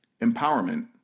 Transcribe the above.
empowerment